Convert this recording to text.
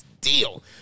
deal